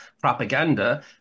propaganda